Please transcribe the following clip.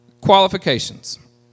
qualifications